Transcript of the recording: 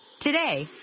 Today